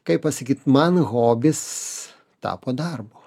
kaip pasakyt man hobis tapo darbu